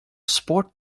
sport